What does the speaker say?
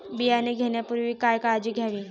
बियाणे घेण्यापूर्वी काय काळजी घ्यावी?